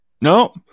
No